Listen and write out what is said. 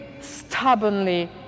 stubbornly